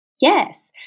Yes